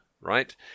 right